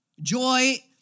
Joy